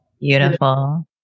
Beautiful